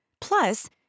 Plus